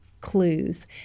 clues